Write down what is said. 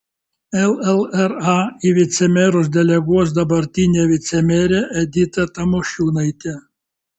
llra į vicemerus deleguos dabartinę vicemerę editą tamošiūnaitę